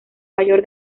mayor